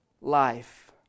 life